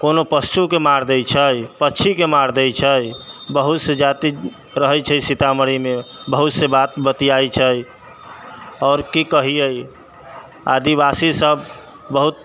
कोनो पशुके मारि दै छै पक्षीके मारि दै छै बहुत से जाति रहै छै सीतामढ़ीमे बहुत से बात बतियाइ छै आओर की कहिए आदिवासीसब बहुत